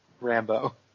Rambo